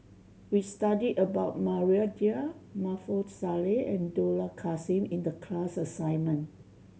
we studied about Maria Dyer Maarof Salleh and Dollah Kassim in the class assignment